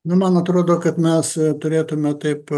nu man atrodo kad mes turėtume taip